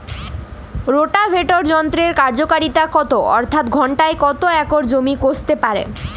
Rotavator যন্ত্রের কার্যকারিতা কত অর্থাৎ ঘণ্টায় কত একর জমি কষতে পারে?